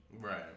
Right